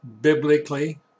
biblically